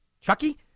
Chucky